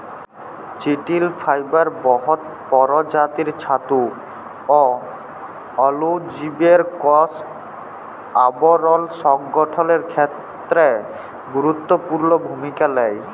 চিটিল ফাইবার বহুত পরজাতির ছাতু অ অলুজীবের কষ আবরল সংগঠলের খ্যেত্রে গুরুত্তপুর্ল ভূমিকা লেই